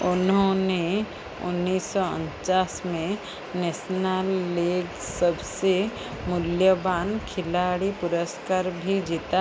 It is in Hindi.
उन्होंने उन्नीस सौ उनचास में नेसनल लीग सबसे मूल्यवान खिलाड़ी पुरस्कार भी जीता